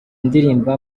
ndirimba